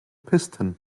piston